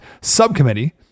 Subcommittee